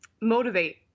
motivate